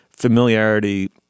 familiarity